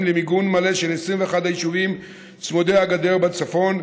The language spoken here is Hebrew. למיגון מלא של 21 היישובים צמודי הגדר בצפון,